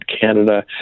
Canada